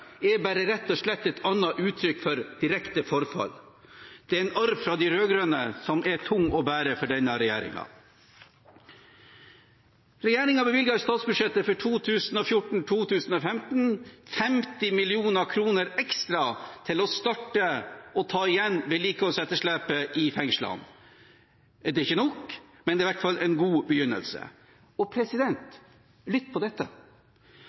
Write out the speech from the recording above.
et annet uttrykk for direkte forfall. Det er en arv fra de rød-grønne som er tung å bære for denne regjeringen. Regjeringen bevilget i statsbudsjettet for 2014–2015 50 mill. kr ekstra som en start for å ta igjen vedlikeholdsetterslepet i fengslene. Det er ikke nok, men det er i hvert fall en god begynnelse. Og lytt på dette,